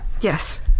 yes